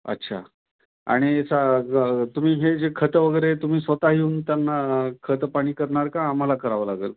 अच्छा आणि सा ग तुम्ही हे जे खतं वगैरे तुम्ही स्वतः येऊन त्यांना खतं पाणी करणार का आम्हाला करावं लागेल